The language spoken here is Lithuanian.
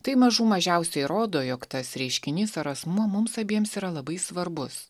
tai mažų mažiausiai rodo jog tas reiškinys ar asmuo mums abiems yra labai svarbus